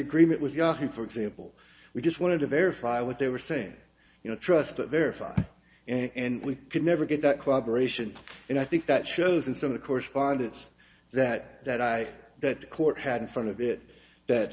agreement with yahoo for example we just wanted to verify what they were saying you know trust but verify and we i could never get that cooperation and i think that shows in some of the correspondence that that i that court had in front of